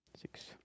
six